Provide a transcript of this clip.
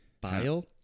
Bile